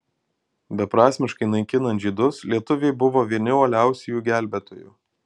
beprasmiškai naikinant žydus lietuviai buvo vieni uoliausių jų gelbėtojų